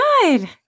Good